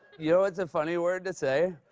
you know what's a funny word to say?